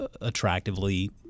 attractively